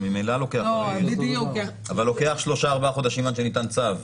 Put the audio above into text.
הרי ממילא לוקח שלושה-ארבעה חודשים עד שניתן צו.